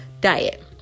diet